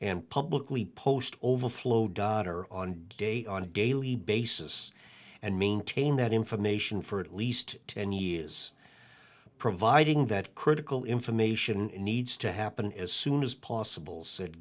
and publicly post overflow dotter on day on a daily basis and maintain that information for at least ten years providing that critical information needs to happen as soon as possible said